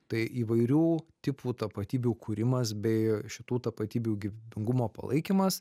tai įvairių tipų tapatybių kūrimas bei šitų tapatybių gyvybingumo palaikymas